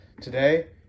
Today